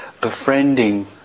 befriending